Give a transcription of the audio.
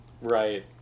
Right